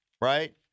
Right